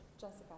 Jessica